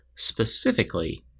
Specifically